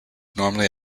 normally